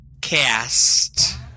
cast